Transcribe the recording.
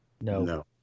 No